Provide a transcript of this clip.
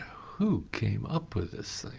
who came up with this thing?